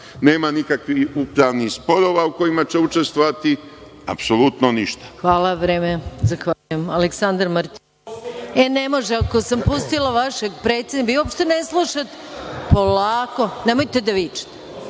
nema nikakvih upravnih sporova u kojima će učestvovati, apsolutno ništa.